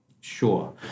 Sure